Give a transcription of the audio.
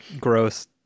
gross